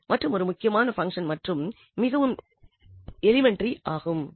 சரி மற்றுமொரு முக்கியமான பங்சன் மற்றும் மிகவும் எலிமெண்டரி ஆகும்